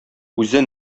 үзе